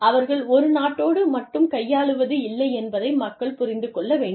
அவர்கள் ஒரு நாட்டோடு மட்டும் கையாள்வதில்லை என்பதை மக்கள் புரிந்து கொள்ள வேண்டும்